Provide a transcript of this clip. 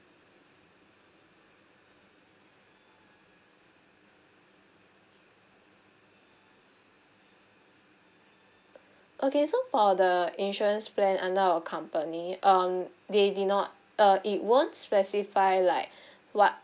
okay so for the insurance plan under our company um they did not uh it won't specify like what